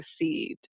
received